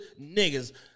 niggas